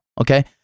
okay